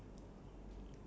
ya